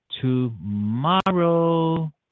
tomorrow